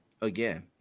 again